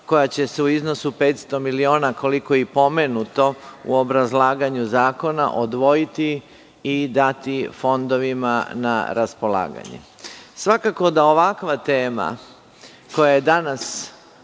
koja će se u iznosu od 500 miliona, koliko je pomenuto u obrazlaganju zakona, odvojiti i dati fondovima na raspolaganje? Svakako da je ovakva tema koja je danas